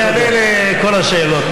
טוב, אני אענה על כל השאלות.